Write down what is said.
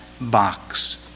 box